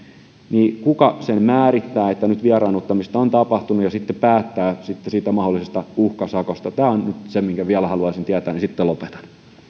niin kuka sen määrittää että nyt vieraannuttamista on tapahtunut ja sitten päättää siitä mahdollisesta uhkasakosta tämä on se minkä vielä haluaisin tietää ja sitten lopetan